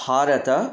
भारतम्